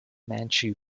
manchu